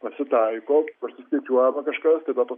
pasitaiko persiskaičiuojama kažkas tada to